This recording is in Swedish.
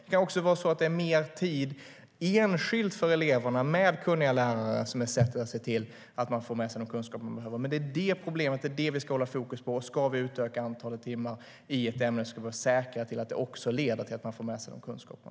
Det kan också vara så att mer tid enskilt för eleverna med kunniga lärare är sättet att se till att de får med sig den kunskap de behöver. Det är det problemet vi ska hålla fokus på. Ska vi utöka antalet timmar i ett ämne ska vi vara säkra på att det också leder till att eleverna får med sig kunskaperna.